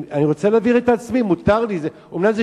אני רוצה להבהיר את עצמי,